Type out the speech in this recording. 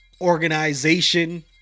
organization